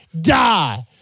die